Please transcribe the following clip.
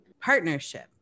partnership